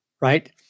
right